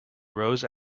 rose